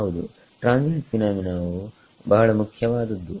ಹೌದು ಟ್ರಾನ್ಸಿಯೆಂಟ್ ಫಿನಾಮಿನಾವು ಬಹಳ ಮುಖ್ಯವಾದದ್ದು